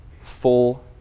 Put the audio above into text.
full